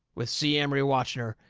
with si emery watching her,